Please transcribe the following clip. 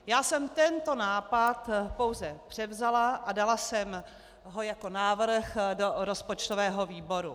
Já jsem tento nápad pouze převzala a dala jsem ho jako návrh do rozpočtového výboru.